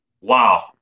Wow